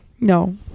no